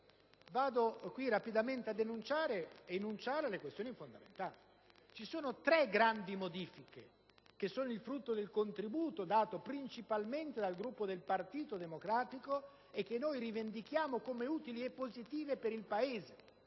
aperti. Intendo qui enunciare solo le questioni fondamentali. Ci sono tre grandi modifiche, frutto del contributo dato principalmente dal Gruppo del Partito Democratico e che rivendichiamo come utili e positive per il Paese.